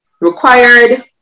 required